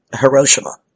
Hiroshima